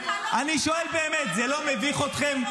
זה לא מביך אתכם?